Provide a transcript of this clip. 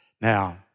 Now